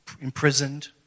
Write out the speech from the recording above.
imprisoned